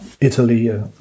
Italy